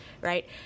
right